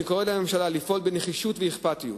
אני קורא לממשלה לפעול בנחישות ובאכפתיות